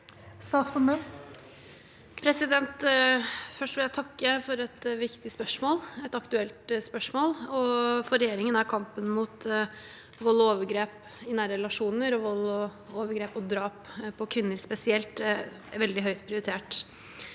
Først vil jeg takke for et viktig og aktuelt spørsmål. For regjeringen er kampen mot vold og overgrep i nære relasjoner og vold, overgrep og drap på kvinner spesielt, veldig høyt prioritert.